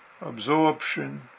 absorption